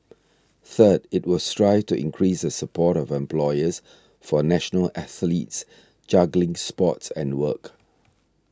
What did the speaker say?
third it will strive to increase the support of employers for national athletes juggling sports and work